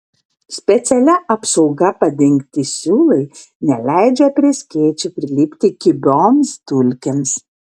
specialia apsauga padengti siūlai neleidžia prie skėčio prilipti kibioms dulkėms